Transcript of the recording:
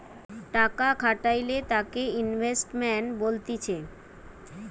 টাকা খাটাইলে তাকে ইনভেস্টমেন্ট বলতিছে